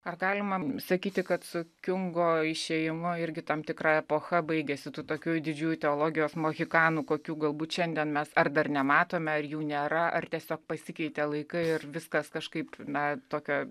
ar galima sakyti kad su kiungo išėjimu irgi tam tikra epocha baigėsi tų tokių didžiųjų teologijos mohikanų kokių galbūt šiandien mes ar dar nematome ar jų nėra ar tiesiog pasikeitė laikai ir viskas kažkaip na tokia